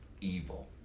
evil